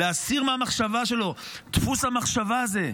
להסיר מהמחשבה שלו את דפוס המחשבה הזה.